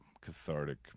cathartic